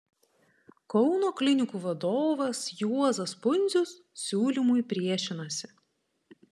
kauno klinikų vadovas juozas pundzius siūlymui priešinasi